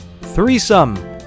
Threesome